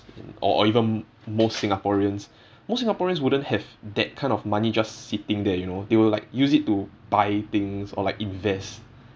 or or even most singaporeans most singaporeans wouldn't have that kind of money just sitting there you know they will like use it to buy things or like invest